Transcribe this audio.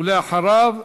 ואחריו,